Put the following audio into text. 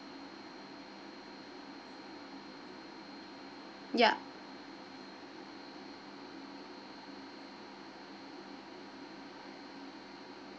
ya